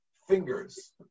Fingers